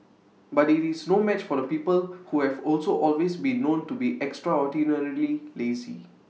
but IT is no match for the people who have also always been known to be extraordinarily lazy